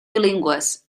bilingües